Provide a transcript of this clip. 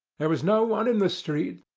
there was no one in the street?